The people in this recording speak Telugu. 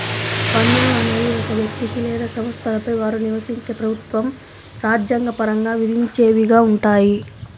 పన్నులు అనేవి ఒక వ్యక్తికి లేదా సంస్థలపై వారు నివసించే ప్రభుత్వం రాజ్యాంగ పరంగా విధించేవిగా ఉంటాయి